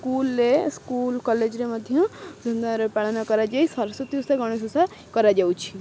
ସ୍କୁଲରେ ସ୍କୁଲ କଲେଜରେ ମଧ୍ୟ ସୁନ୍ଦର ପାଳନ କରାଯାଇ ସରସ୍ଵତୀ ଓଷା ଗଣେଶ ଓଷା କରାଯାଉଛି